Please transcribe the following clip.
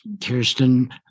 Kirsten